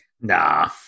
Nah